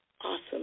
awesome